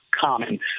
common